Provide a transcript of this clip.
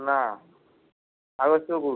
ନା ଆବଶ୍ୟକ କୋଉଠି